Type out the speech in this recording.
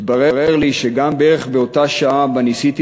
התברר לי שגם בערך באותה שעה שבה ניסיתי